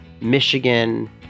Michigan